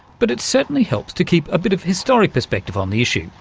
but it certainly helps to keep a bit of historic perspective on the issue,